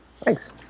Thanks